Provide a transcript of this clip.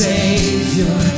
Savior